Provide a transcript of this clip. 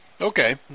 Okay